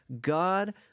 God